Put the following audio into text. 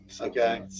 Okay